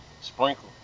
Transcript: Sprinkle